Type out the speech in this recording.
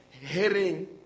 Hearing